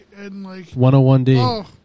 101D